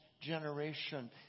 generation